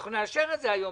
אנחנו נאשר את זה היום,